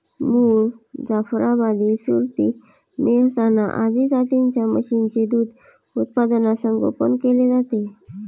मुर, जाफराबादी, सुरती, मेहसाणा आदी जातींच्या म्हशींचे दूध उत्पादनात संगोपन केले जाते